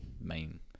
main